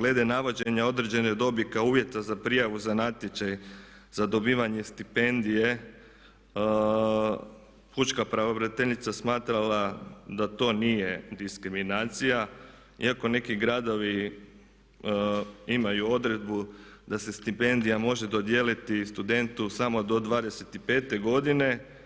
glede navođenja određene dobi kao uvjeta za prijavu na natječaj za dobivanje stipendije pučka pravobraniteljica smatrala da to nije diskriminacija iako neki gradovi imaju odredbu da se stipendija može dodijeliti studentu samo do 25-godine.